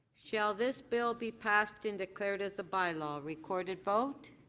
shall this bill be passed and declared as a bylaw, recorded vote.